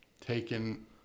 taken